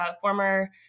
former